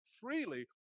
freely